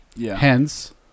Hence